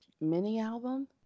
mini-album